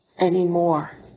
anymore